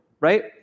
right